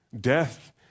death